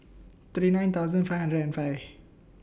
thirty nine thousand five hundred and five